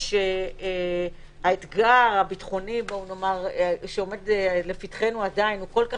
ושהאתגר הביטחוני שעומד לפתחנו עדיין הוא כה גדול,